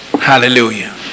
Hallelujah